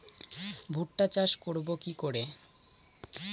ভুট্টা চাষ করব কি করে?